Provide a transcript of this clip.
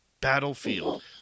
battlefield